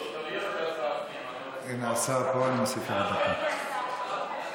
השר כהן הגיע.